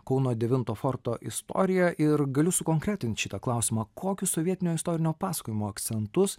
kauno devinto forto istoriją ir galiu sukonkretint šitą klausimą kokius sovietinio istorinio pasakojimo akcentus